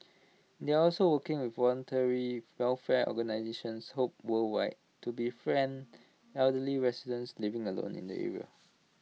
they also working with voluntary welfare organisations hope worldwide to befriend elderly residents living alone in the area